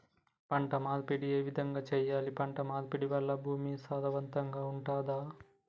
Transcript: పంట మార్పిడి ఏ విధంగా చెయ్యాలి? పంట మార్పిడి వల్ల భూమి సారవంతంగా ఉంటదా?